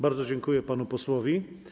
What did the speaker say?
Bardzo dziękuję panu posłowi.